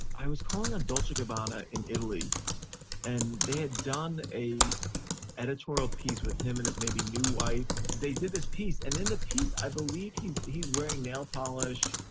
i was calling a dolce gabbana in italy and they had done a editorial piece with him. and it's maybe new why they did this piece. and in the piece, i believe he's the he's wearing nail polish,